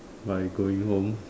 by going home